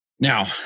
Now